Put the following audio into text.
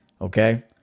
okay